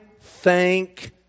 thank